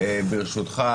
ברשותך